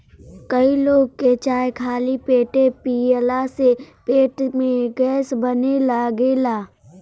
कई लोग के चाय खाली पेटे पियला से पेट में गैस बने लागेला